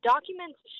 Documents